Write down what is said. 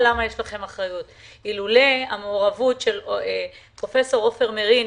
אילולא המעורבות של פרופ' עופר מרין,